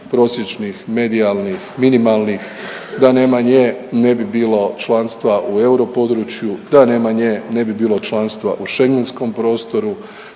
prosječnih, medijalnih, minimalnih, da nema nje ne bi bilo članstva u europodručju, da nema nje ne bi bilo članstva u Schengenskom prostoru,